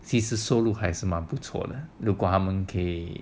收入还是蛮不错的如果他们